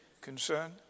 concern